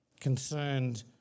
concerned